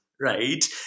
right